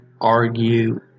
argue